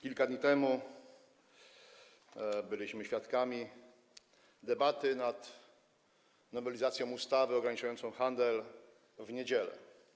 Kilka dni temu byliśmy świadkami debaty nad nowelizacją ustawy ograniczającej handel w niedziele.